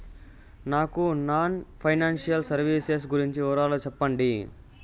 నాకు non financial services గురించి వివరాలు సెప్పండి?